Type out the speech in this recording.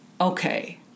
okay